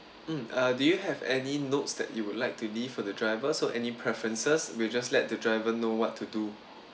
mm uh do you have any notes that you would like to leave for the driver so any preferences we'll just let the driver know what to do